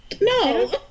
No